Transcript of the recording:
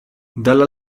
dalla